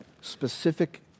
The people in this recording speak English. specific